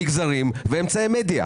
מגזרים ואמצעי מדיה.